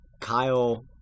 Kyle